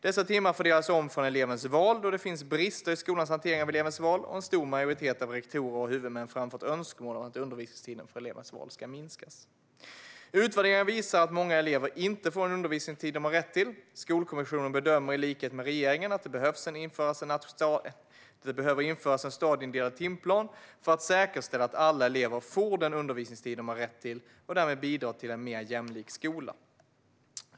Dessa timmar fördelas om från elevens val då det finns brister i skolornas hantering av elevens val och en stor majoritet av rektorer och huvudmän framfört önskemål om att undervisningstiden för elevens val ska minskas. Utvärderingar visar att många elever inte får den undervisningstid de har rätt till. Skolkommissionen bedömer, i likhet med regeringen, att det behöver införas en stadieindelad timplan för att säkerställa att alla elever får den undervisningstid de har rätt till och därmed bidra till en mer jämlik skola .